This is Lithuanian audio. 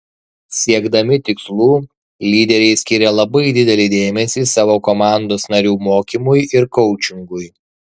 siekdami tikslų lyderiai skiria labai didelį dėmesį savo komandos narių mokymui ir koučingui